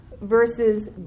versus